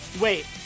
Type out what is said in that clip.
Wait